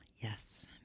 Yes